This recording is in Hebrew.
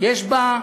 יש בה,